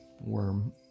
worm